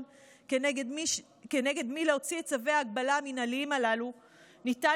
כנגד מי להוציא את צווי ההגבלה המינהליים הללו ניתן